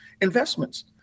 investments